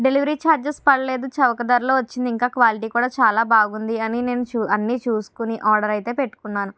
delivery charges పడలేదు చౌక ధరలో వచ్చింది ఇంకా క్వాలిటీ కూడా చాలా బాగుంది అని నేను అన్ని చూసుకొని ఆర్డర్ అయితే పెట్టుకున్నాను